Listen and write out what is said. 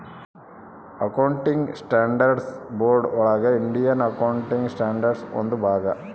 accounting standards board ಒಳಗ Indian accounting standard ಒಂದು ಭಾಗ